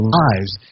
lives